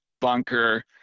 bunker